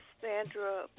Sandra